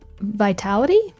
vitality